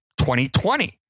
2020